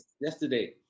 yesterday